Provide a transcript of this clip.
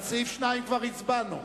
על סעיף 2 כבר הצבענו.